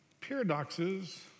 Paradoxes